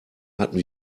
hatten